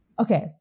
okay